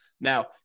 Now